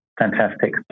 Fantastic